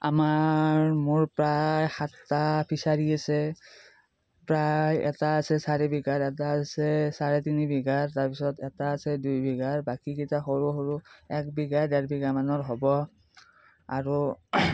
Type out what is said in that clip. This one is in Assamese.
আমাৰ মোৰ প্ৰায় সাতটা ফিছাৰী আছে প্ৰায় এটা আছে চাৰি বিঘাৰ এটা আছে চাৰে তিনি বিঘাৰ তাৰপিছত এটা আছে দুই বিঘাৰ বাকীকেইটা সৰু সৰু এক বিঘা ডেৰ বিঘামানৰ হ'ব আৰু